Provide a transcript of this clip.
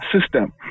system